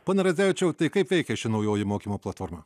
pone radzevičiau tai kaip veikia ši naujoji mokymo platforma